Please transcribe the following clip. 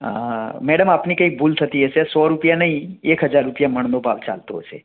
અ madam આપની કંઈ ભૂલ થતી હશે સો રૂપિયા નહીં એક હજાર રુપિયા મણનો ભાવ ચાલતો હશે